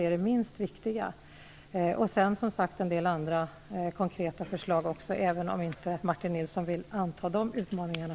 Sedan har jag, som sagt, också kommit med en del andra konkreta förslag. Men Martin Nilsson vill inte anta de utmaningarna.